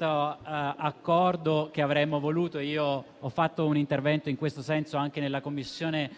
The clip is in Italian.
accordo manca qualcosa che avremmo voluto e io ho fatto un intervento in questo senso anche nella 4a Commissione